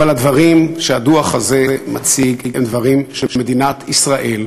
אבל הדברים שהדוח הזה מציג הם דברים שמדינת ישראל,